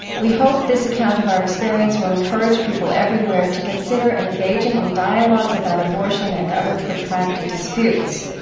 we hope this account of our experience will encourage people everywhere to consider engaging in dialogues about abortion and other protracted disputes.